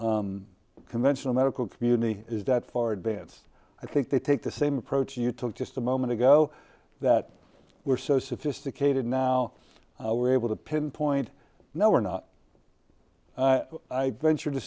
conventional medical community is that far advanced i think they take the same approach you took just a moment ago that we're so sophisticated now we're able to pinpoint no we're not i venture to